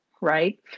right